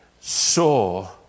saw